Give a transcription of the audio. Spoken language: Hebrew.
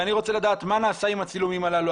אני רוצה לדעת מה נעשה עם הצילומים הללו,